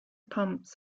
pumps